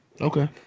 Okay